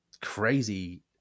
crazy